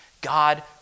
God